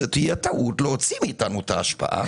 זו תהיה טעות להוציא מאתנו את ההשפעה.